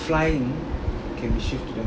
flying can be shift to them